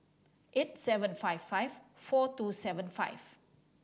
eight seven five five four two seven five